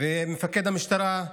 ולמפקד המשטרה,